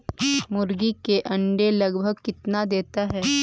मुर्गी के अंडे लगभग कितना देता है?